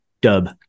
Dub